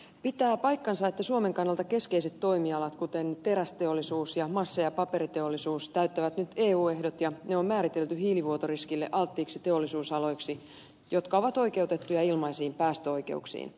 pitää paikkansa että suomen kannalta keskeiset toimialat kuten terästeollisuus ja massa ja paperiteollisuus täyttävät nyt eu ehdot ja ne on määritelty hiilivuotoriskille alttiiksi teollisuusaloiksi jotka ovat oikeutettuja ilmaisiin päästöoikeuksiin